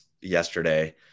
yesterday